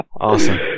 Awesome